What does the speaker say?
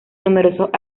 numerosos